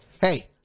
hey